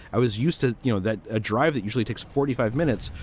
i was used to, you know, that ah drive that usually takes forty five minutes.